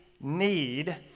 need